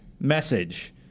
message